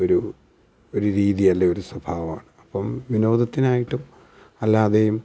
ഒരു ഒരു രീതി അല്ലെങ്കിൽ ഒരു സ്വഭാവമാണ് അപ്പം വിനോദത്തിനായിട്ടും അല്ലാതെയും